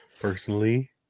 personally